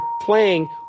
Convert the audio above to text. playing